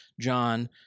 John